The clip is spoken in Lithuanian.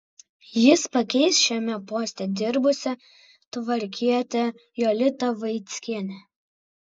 jis pakeis šiame poste dirbusią tvarkietę jolitą vaickienę